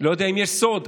לא יודע אם יש סוד,